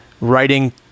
writing